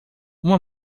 uma